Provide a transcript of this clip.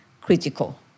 critical